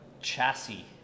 chassis